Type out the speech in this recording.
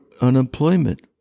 unemployment